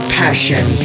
passion